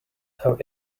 have